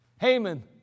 Haman